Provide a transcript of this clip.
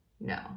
No